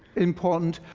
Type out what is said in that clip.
important,